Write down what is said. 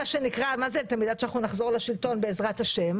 עד שנחזור לשלטון בעז"ה,